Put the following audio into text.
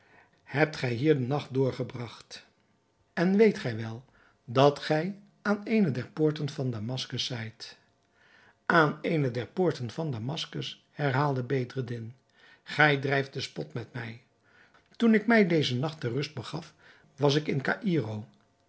hebt gij hier den nacht doorgebragt en weet gij wel dat gij aan eene der poorten van damaskus zijt aan eene der poorten van damaskus herhaalde bedreddin gij drijft den spot met mij toen ik mij dezen nacht ter rust begaf was ik te caïro